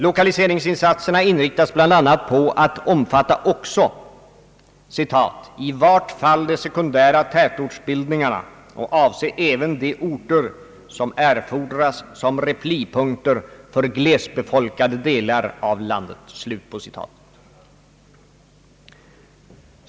Lokaliseringsinsatserna inriktas bl.a. på att omfatta också »i vart fall de sekundära tätortsbildningarna och avse även de orter, som erfordras som replipunkter för glesbefolkade delar av landet».